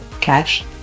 cash